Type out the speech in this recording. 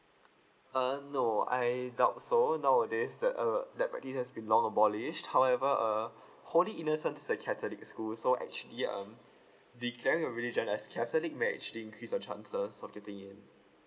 uh no I doubt so nowadays that uh that practice has been long abolished however err holy innocents is a catholic school so actually um the carry of religion as catholic marriage did increase your chances of getting in